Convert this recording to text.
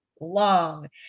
long